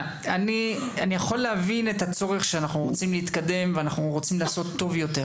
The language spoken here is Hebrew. יכול להבין את הצורך שאנו רוצים להתקדם ולעשות טוב יותר,